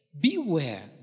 beware